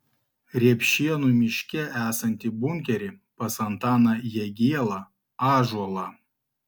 repšėnų miške esantį bunkerį pas antaną jagielą ąžuolą